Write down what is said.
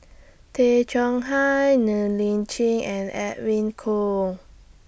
Tay Chong Hai Ng Li Chin and Edwin Koo